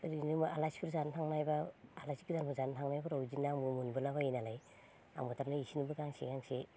ओरैनो आलासिफोर जानो थांनाय बा आलासि गोदानफोर जानो थांनायफ्राव इदिनो आंबो मोनबोला बायो नालाय आंबो थारमाने इसोरनोबो गांसे गांसे